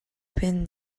been